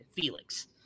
Felix